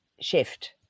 shift